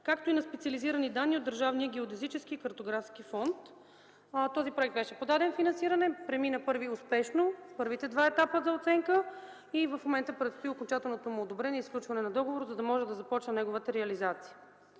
както и на специализирани данни от държавния геодезически и картографски фонд. Този проект беше подаден за финансиране. Преминаха успешно първите два етапа за оценка и в момента предстои окончателното му одобрение и сключване на договор, за да може да започне неговата реализация.